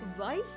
wife